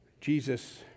Jesus